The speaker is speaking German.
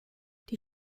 die